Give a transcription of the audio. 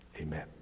amen